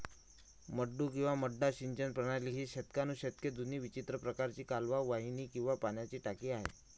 मड्डू किंवा मड्डा सिंचन प्रणाली ही शतकानुशतके जुनी विचित्र प्रकारची कालवा वाहिनी किंवा पाण्याची टाकी आहे